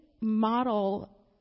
model